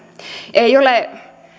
ei ole